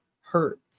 hurt